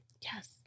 Yes